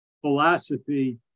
philosophy